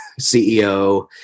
CEO